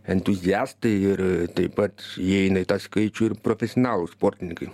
entuziastai ir taip pat įeina į tą skaičių ir profesionalūs sportininkai